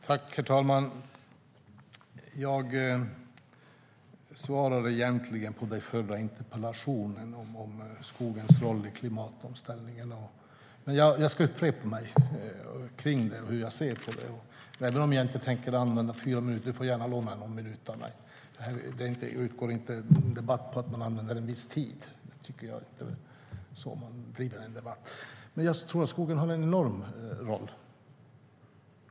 Herr talman! Jag svarade egentligen i den förra interpellationsdebatten om skogens roll i klimatomställningen. Men jag ska upprepa hur jag ser på det, även om jag inte tänker använda fyra minuter. Du får gärna låna någon minut av mig. En debatt går inte ut på att man använder en viss tid. Det är inte så man bedriver en debatt. Jag tror att skogen har en enorm roll.